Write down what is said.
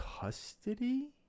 custody